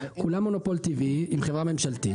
כולם מונופול טבעי עם חברה ממשלתית.